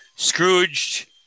Scrooge